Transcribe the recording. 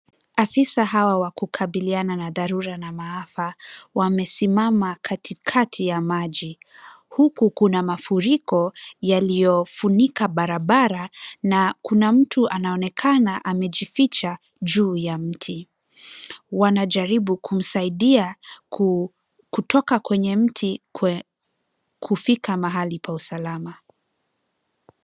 Afisa hawa wakukabiliana na dharura na maafa wamesimama katikati ya maji. Huku kuna mafuriko yaliyofunika barabara na kuna mtu anaonekana amejificha juu ya mti. Wanajaribu kumsaidia kutoka kwenye mti kufika mahali pa usalama.